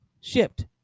shipped